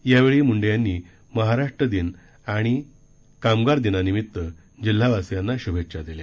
यावेळी मुंडे यांनी महाराष्ट्र दिन आणि आणि कामगार दिनानिमित्त जिल्हावासीयांना शुभेच्छा दिल्या